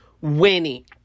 Winnie